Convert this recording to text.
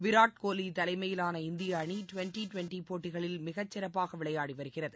வீராட் கோலி தலைமையிலான இந்திய அணி டுவெண்டி டுவெண்டி போட்டிகளில் மிகச் சிறப்பாக விளையாட் வருகிறது